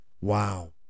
Wow